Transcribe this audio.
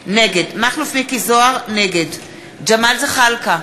נגד ג'מאל זחאלקה,